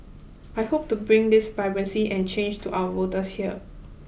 I hope to bring this vibrancy and change to our voters here